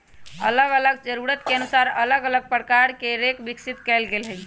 अल्लग अल्लग जरूरत के अनुसार अल्लग अल्लग प्रकार के हे रेक विकसित कएल गेल हइ